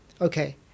okay